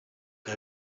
que